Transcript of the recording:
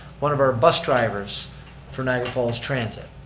one of our bus drivers for niagara falls transit.